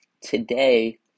today